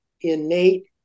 innate